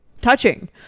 touching